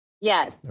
Yes